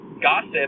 gossip